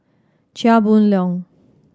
Chia Boon Leong